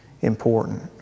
important